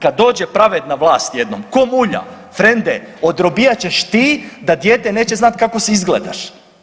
Kad dođe pravedna vlast jednom ko mulja, frende odrobijat ćeš ti da dijete neće znat kako izgledaš.